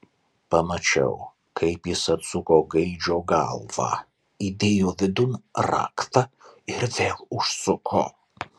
pamačiau kaip jis atsuko gaidžio galvą įdėjo vidun raktą ir vėl užsuko